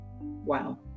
Wow